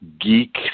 geek